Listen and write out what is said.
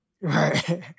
Right